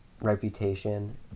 reputation